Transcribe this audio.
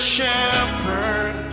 Shepherd